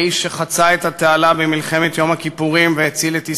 האיש שחצה את התעלה במלחמת יום הכיפורים והציל את ישראל,